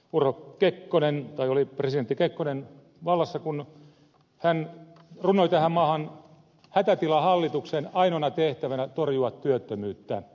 kun meillä oli presidentti kekkonen vallassa niin hän runnoi tähän maahan hätätilahallituksen jonka ainoana tehtävänä oli torjua työttömyyttä